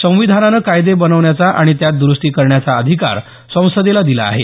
संविधानाने कायदे बनवण्याचा आणि त्यात दुरुस्ती करण्याचा अधिकार संसदेला दिला आहे